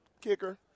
Kicker